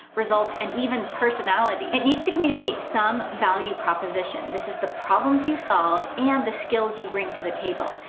results, and even personality. it needs to communicate some value proposition. this is the problems you solve, and the skills you bring to the table.